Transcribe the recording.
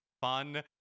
fun